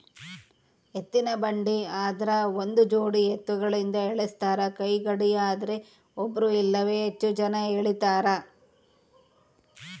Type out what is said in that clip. ಎತ್ತಿನಬಂಡಿ ಆದ್ರ ಒಂದುಜೋಡಿ ಎತ್ತುಗಳಿಂದ ಎಳಸ್ತಾರ ಕೈಗಾಡಿಯದ್ರೆ ಒಬ್ರು ಇಲ್ಲವೇ ಹೆಚ್ಚು ಜನ ಎಳೀತಾರ